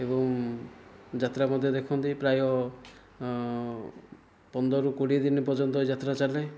ଏବଂ ଯାତ୍ରା ମଧ୍ୟ ଦେଖନ୍ତି ପ୍ରାୟ ପନ୍ଦରରୁ କୋଡ଼ିଏ ଦିନ ପର୍ଯ୍ୟନ୍ତ ଏ ଯାତ୍ରା ଚାଲେ